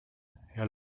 herr